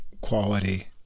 quality